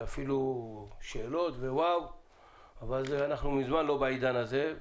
ואפילו שאלות, אבל אנחנו מזמן לא בעידן הזה.